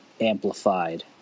amplified